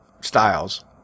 styles